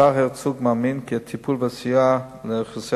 השר הרצוג מאמין כי הטיפול והסיוע לאוכלוסייה